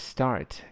Start